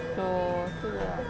so so ya